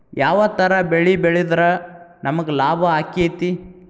ಯಾವ ತರ ಬೆಳಿ ಬೆಳೆದ್ರ ನಮ್ಗ ಲಾಭ ಆಕ್ಕೆತಿ?